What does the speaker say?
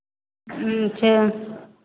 अच्छा